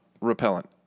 repellent